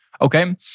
Okay